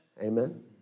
Amen